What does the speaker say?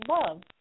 love